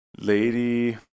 lady